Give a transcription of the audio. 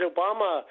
Obama